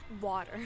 water